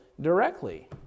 directly